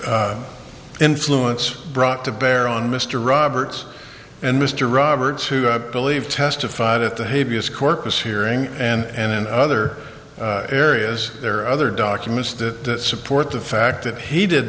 influence brought to bear on mr roberts and mr roberts who i believe testified at the hay vs corpus hearing and in other areas there are other documents that support the fact that he did